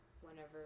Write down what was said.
whenever